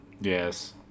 Yes